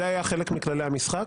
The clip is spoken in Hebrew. זה היה חלק מכללי המשחק,